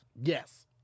Yes